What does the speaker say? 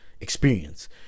experience